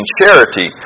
charity